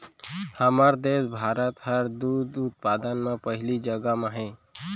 हमर देस भारत हर दूद उत्पादन म पहिली जघा म हे